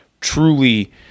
truly